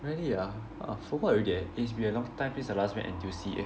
really ah ah forgot already eh it's been a long time since I last went N_T_U_C eh